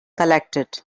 collected